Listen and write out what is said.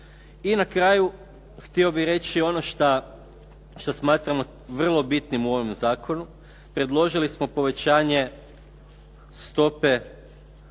I na kraju, htio bih reći ono što smatram vrlo bitnim u ovom zakonu, predložili smo povećanje stope